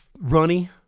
runny